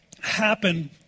happen